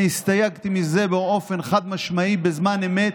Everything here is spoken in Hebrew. אני הסתייגתי מזה באופן חד-משמעי בזמן אמת,